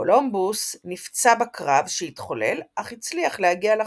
קולומבוס נפצע בקרב שהתחולל, אך הצליח להגיע לחוף.